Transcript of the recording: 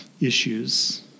issues